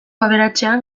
aberatsean